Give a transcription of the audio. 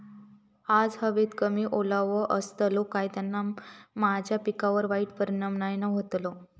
आज हवेत कमी ओलावो असतलो काय त्याना माझ्या पिकावर वाईट परिणाम नाय ना व्हतलो?